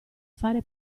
fare